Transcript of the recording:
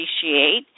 appreciate